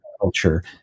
culture